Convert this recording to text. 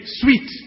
sweet